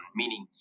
meaning